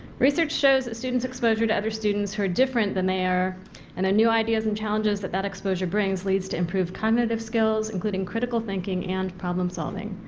research shows that students exposure to other students who are different than they are and new idealists and challenges that that exposure brings leads to improved cognitive skills including critical thinking and problem solving.